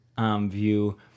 View